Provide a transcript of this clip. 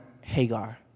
Hagar